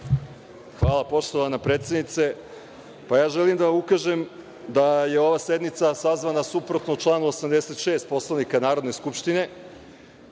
Hvala, poštovana predsednice. Želim da ukažem da je ova sednica sazvana suprotno članu 86. Poslovnika Narodne skupštine.